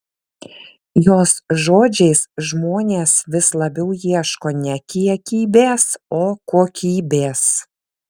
jos žodžiais žmonės vis labiau ieško ne kiekybės o kokybės